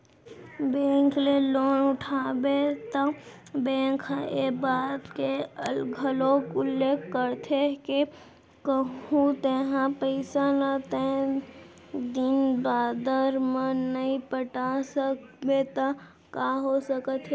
bank ले loan उठाबे त बेंक ह ए बात के घलोक उल्लेख करथे के कहूँ तेंहा पइसा ल तय दिन बादर म नइ पटा सकबे त का हो सकत हे